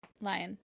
Lion